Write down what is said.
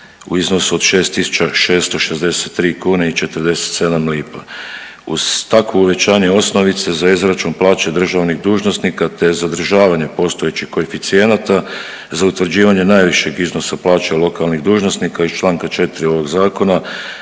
u iznosu od 6.663 kune i 47 lipa. Uz takvo uvećanje osnovice za izračun plaće državnih dužnosnika te zadržavanje postojećih koeficijenata za utvrđivanje najvišeg iznosa plaće lokalnih dužnosnika iz Članka 4. ovog Zakona